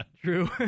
True